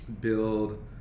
build